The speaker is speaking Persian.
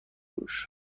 روش